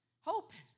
hoping